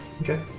Okay